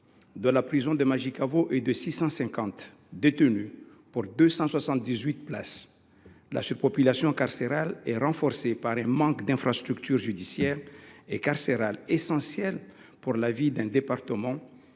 élevé, puisqu’on y compte 650 détenus pour 278 places. Cette surpopulation carcérale est aggravée par un manque d’infrastructures judiciaires et carcérales essentielles pour la vie d’un département